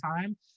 time